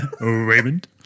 Raymond